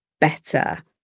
better